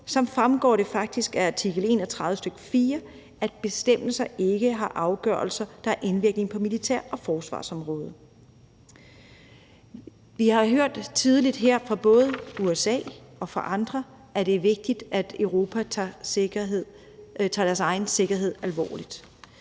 så fremgår det faktisk af artikel 31, stk. 4, at bestemmelsen ikke gælder for afgørelser, der har indvirkning på militær- og forsvarsområdet. Kl. 16:42 Vi har tydeligt hørt fra både USA og andre, at det er vigtigt, at Europa tager sin egen sikkerhed alvorligt.